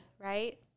right